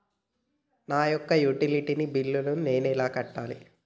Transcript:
నా యొక్క utility bill నేను ఎలా కట్టాలి?